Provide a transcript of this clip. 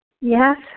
Yes